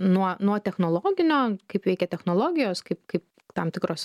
nuo nuo technologinio kaip veikia technologijos kaip kaip tam tikros